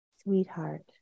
Sweetheart